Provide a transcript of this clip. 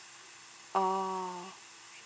oh